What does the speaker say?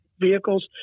vehicles